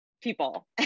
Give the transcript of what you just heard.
people